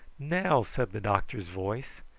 now! said the doctor's voice,